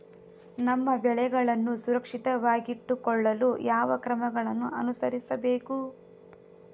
ನಮ್ಮ ಬೆಳೆಗಳನ್ನು ಸುರಕ್ಷಿತವಾಗಿಟ್ಟು ಕೊಳ್ಳಲು ಯಾವ ಕ್ರಮಗಳನ್ನು ಅನುಸರಿಸಬೇಕು?